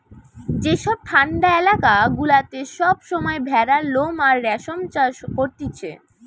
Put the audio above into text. যেসব ঠান্ডা এলাকা গুলাতে সব সময় ভেড়ার লোম আর রেশম চাষ করতিছে